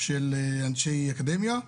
של אנשי אקדמיה.